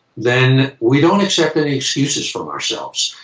then we don't accept any excuses from ourselves.